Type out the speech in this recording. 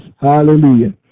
Hallelujah